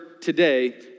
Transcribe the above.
today